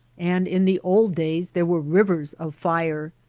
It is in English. and in the old days there were rivers of fire.